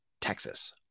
Texas